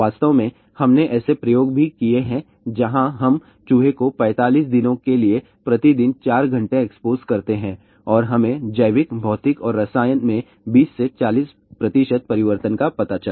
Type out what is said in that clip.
वास्तव में हमने ऐसे प्रयोग भी किए हैं जहाँ हम चूहे को 45 दिनों के लिए प्रतिदिन 4 घंटे एक्सपोज़ करते हैं और हमें जैविक भौतिक और रसायन में 20 से 40 परिवर्तन का पता चला